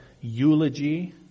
eulogy